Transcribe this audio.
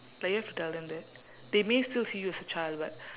like you have to tell them that they may still see you as a child but